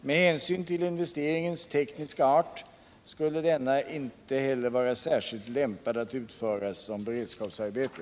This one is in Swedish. Med hänsyn till investeringens tekniska art skulle denna inte heller vara särskilt lämpad att utföras som beredskapsarbete.